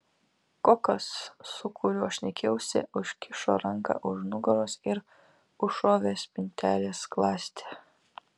kokas su kuriuo šnekėjausi užkišo ranką už nugaros ir užšovė spintelės skląstį